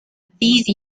these